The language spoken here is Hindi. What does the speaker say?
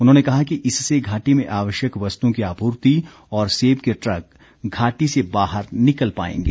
उन्होंने कहा कि इससे घाटी में आवश्यक वस्तुओं की आपूर्ति और सेब के ट्रक घाटी से बाहर निकल पाएंगे